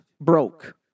broke